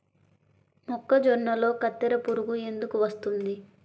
మొక్కజొన్నలో కత్తెర పురుగు ఎందుకు వస్తుంది?